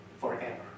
forever